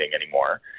anymore